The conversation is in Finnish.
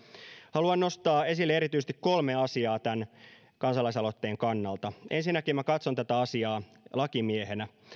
haluan nostaa esille erityisesti kolme asiaa tämän kansalaisaloitteen kannalta ensinnäkin katson tätä asiaa lakimiehenä